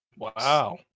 Wow